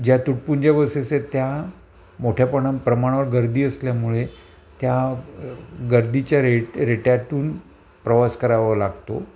ज्या तुटपुंज्या बस असेल त्या मोठ्यापणा प्रमाणावर गर्दी असल्यामुळे त्या गर्दीच्या रेट रेट्यातून प्रवास करावा लागतो